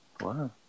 Wow